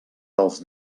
dels